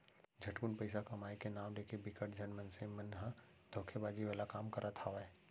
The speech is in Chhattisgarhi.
झटकुन पइसा कमाए के नांव लेके बिकट झन मनसे मन ह धोखेबाजी वाला काम करत हावय